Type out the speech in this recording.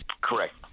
Correct